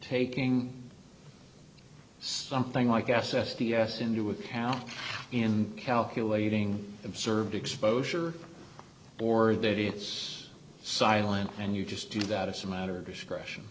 taking something like s s t us into account in calculating observed exposure or that it's silent and you just do that it's a matter of discretion